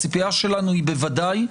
הציפייה שלנו היא בוודאי,